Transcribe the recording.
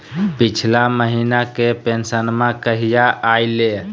पिछला महीना के पेंसनमा कहिया आइले?